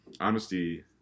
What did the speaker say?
honesty